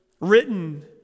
written